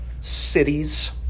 cities